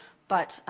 but,